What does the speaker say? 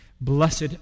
Blessed